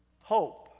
hope